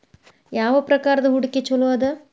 ಯಾವ ಪ್ರಕಾರದ ಹೂಡಿಕೆ ಚೊಲೋ ಅದ